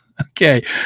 okay